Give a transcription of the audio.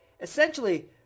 essentially